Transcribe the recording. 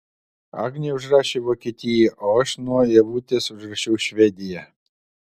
agnė užrašė vokietiją o aš nuo ievutės užrašiau švediją